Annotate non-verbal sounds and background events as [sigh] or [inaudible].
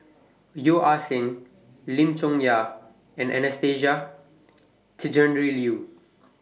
Yeo Ah Seng Lim Chong Yah and Anastasia [noise] Tjendri Liew